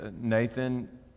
Nathan